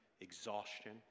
exhaustion